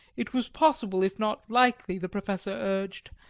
it was possible, if not likely, the professor urged,